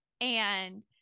and-